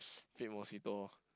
feed mosquito